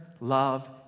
love